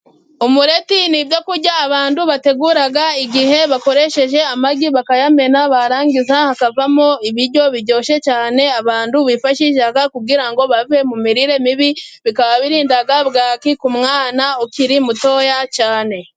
Umureti ni ibyokurya abantu bategura, igihe bakoresheje amagi bakayamena, barangiza hakavamo ibiryo biryoshye cyane abantu bifashisha, kugira ngo bave mu mirire mibi. Bikaba birinda bwaki ku mwana ukiri mutoya cyane.